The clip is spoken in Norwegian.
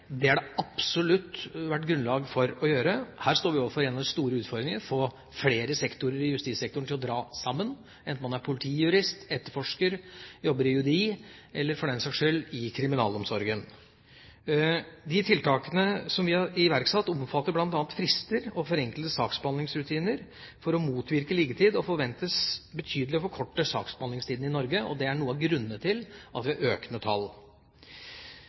Det har det absolutt vært grunnlag for å gjøre. Her står vi overfor en av de store utfordringene, å få flere sektorer i justissektoren til å dra sammen, enten man er politijurist, etterforsker, jobber i UDI eller for den saks skyld i kriminalomsorgen. De tiltakene som er iverksatt, omfatter bl.a. frister og forenklede saksbehandlingsrutiner for å motvirke liggetid og forventes å forkorte saksbehandlingstiden i Norge betydelig. Det er noen av grunnene til at vi har økende tall.